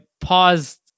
paused